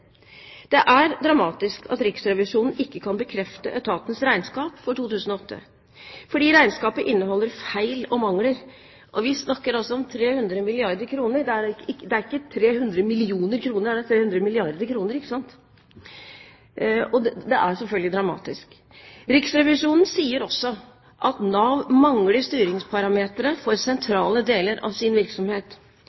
Det er dramatisk at Riksrevisjonen ikke kan bekrefte etatens regnskap for 2008, fordi regnskapet inneholder feil og mangler. Vi snakker altså om 300 milliarder kr. Det er ikke 300 millioner kroner, men 300 milliarder kroner, så det er selvfølgelig dramatisk. Riksrevisjonen sier også at Nav mangler styringsparametre for